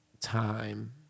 time